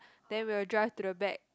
then we will drive to the back